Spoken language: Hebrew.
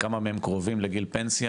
כמה מהם קרובים לגיל פנסיה,